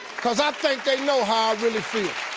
cause i think they know how i really feel.